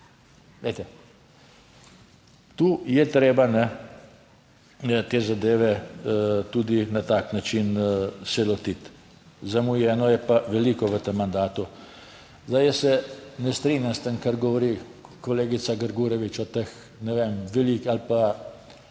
Glejte, tu je treba te zadeve tudi na tak način se lotiti. Zamujeno je pa veliko v tem mandatu. Zdaj, jaz se ne strinjam s tem, kar govori kolegica Grgurevič o teh, ne vem, veliki ali pa